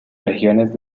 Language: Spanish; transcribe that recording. regiones